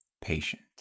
patient